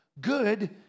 good